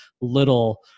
little